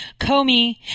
Comey